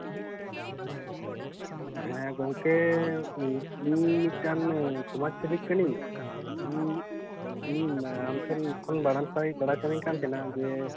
ᱦᱮᱸ ᱜᱚᱝᱠᱮ ᱤᱧ ᱢᱤᱫᱴᱟᱝ ᱥᱚᱢᱟᱡᱽ ᱥᱮᱵᱤᱠ ᱠᱟᱹᱱᱟᱹᱧ ᱤᱧ ᱤᱧᱤᱧ ᱟᱢ ᱴᱷᱮᱱ ᱠᱷᱟᱱ ᱵᱟᱲᱟᱭ ᱥᱟᱱᱟᱧ ᱠᱟᱱ ᱛᱟᱦᱮᱸᱱᱟ ᱡᱮ